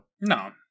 no